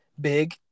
big